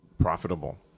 profitable